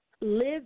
Live